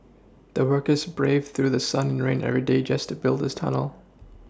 the workers braved through sun and rain every day just to build this tunnel